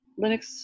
Linux